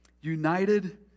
united